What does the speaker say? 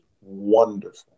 wonderful